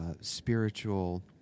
spiritual